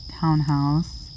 townhouse